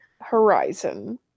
horizon